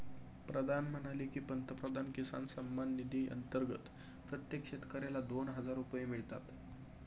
प्रधान म्हणाले की, पंतप्रधान किसान सन्मान निधी अंतर्गत प्रत्येक शेतकऱ्याला दोन हजार रुपये मिळतात